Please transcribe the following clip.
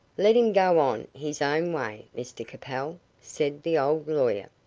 let him go on his own way, mr capel, said the old lawyer.